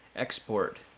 export,